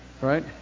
Right